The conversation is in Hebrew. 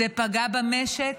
זה פגע במשק,